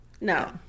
No